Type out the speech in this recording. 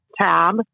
tab